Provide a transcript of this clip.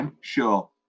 sure